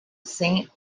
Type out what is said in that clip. saint